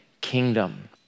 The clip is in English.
kingdom